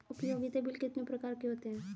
उपयोगिता बिल कितने प्रकार के होते हैं?